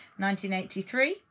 1983